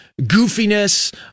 goofiness